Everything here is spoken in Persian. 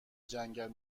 جنگل